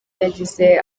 yagize